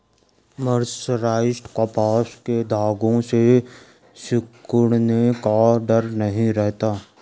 mercerised कपास के धागों के सिकुड़ने का डर नहीं रहता